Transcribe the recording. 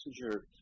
passenger